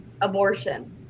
abortion